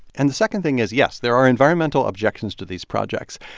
and the second thing is, yes, there are environmental objections to these projects.